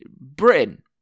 Britain